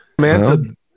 man